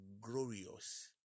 glorious